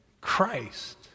Christ